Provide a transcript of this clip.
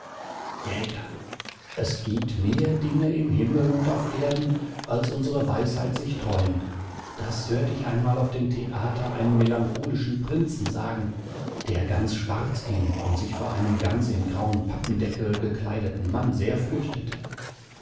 jäger es gibt mehr dinge im himmel und auf erden als unsere weisheit sich träumt das hört ich einmal auf dem theater einen melancholischen prinzen sagen der ganz schwarz ging und sich vor einem ganz in grauen pappendeckel gekleideten mann sehr fürchtete